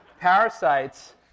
parasites